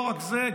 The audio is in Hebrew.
לא רק זה,